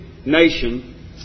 nation